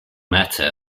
matter